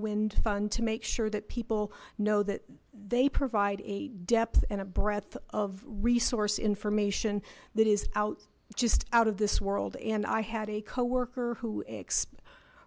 wind fund to make sure that people know that they provide a depth and breadth of resource information that is out just out of this world and i had a coworker who expose